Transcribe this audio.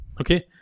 okay